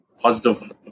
positive